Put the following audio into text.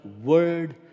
word